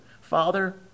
Father